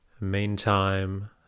Meantime